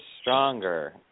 stronger